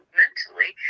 mentally